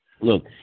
Look